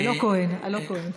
הלא-כהן, הלא-כהן.